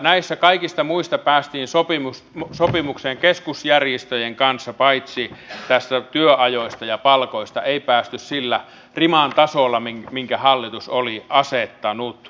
näissä kaikista muista päästiin sopimukseen keskusjärjestöjen kanssa paitsi työajoista ja palkoista ei päästy sillä riman tasolla minkä hallitus oli asettanut